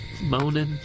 moaning